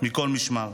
מכל משמר.